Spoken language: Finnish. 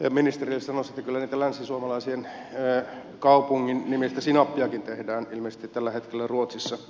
ministerille sanoisin että kyllä sitä länsisuomalaisen kaupungin nimistä sinappiakin tehdään ilmeisesti tällä hetkellä ruotsissa